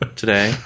today